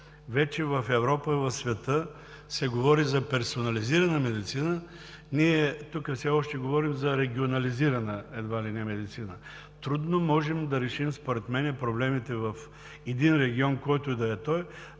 Вече в Европа и в света се говори за персонализирана медицина – ние тук, все още говорим за регионализирана, едва ли не, медицина. Трудно можем да решим, според мен, проблемите в един регион, който и да е той,